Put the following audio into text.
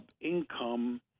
income